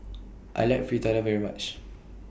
I like Fritada very much